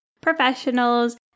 professionals